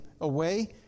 away